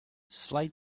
slide